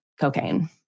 cocaine